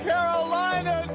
Carolina